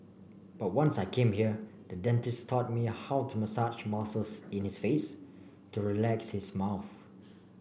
but once I came here the dentist taught me how to massage muscles in his face to relax his mouth